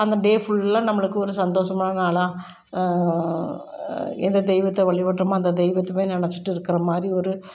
அந்த டே ஃபுல்லாக நம்மளுக்கு ஒரு சந்தோஷமான நாளாக எந்த தெய்வத்தை வழிபட்டமோ அந்த தெய்வத்துமே நினச்சிட்டு இருக்கிற மாதிரி ஒரு